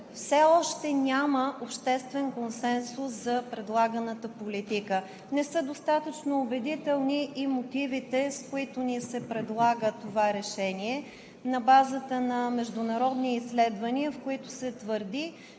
все още няма обществен консенсус за предлаганата политика. Не са достатъчно убедителни и мотивите, с които ни се предлага това решение на базата на международни изследвания, в които се твърди,